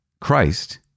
Christ